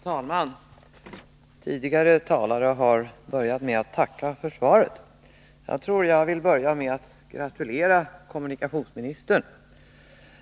Herr talman! Föregående talare har börjat med att tacka för svaret. Jag vill nog börja med att gratulera kommunikationsministern.